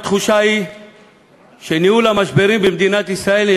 התחושה היא שניהול המשברים במדינת ישראל הוא